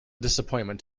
disappointment